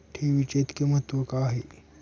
ठेवीचे इतके महत्व का आहे?